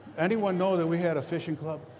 anyone know that we had a fishing club?